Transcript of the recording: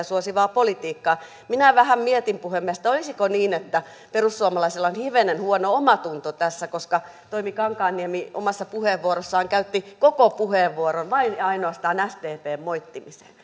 suosivaa politiikkaa minä vähän mietin puhemies olisiko niin että perussuomalaisilla on hivenen huono omatunto tässä koska toimi kankaanniemi omassa puheenvuorossaan käytti koko puheenvuoron vain ja ainoastaan sdpn moittimiseen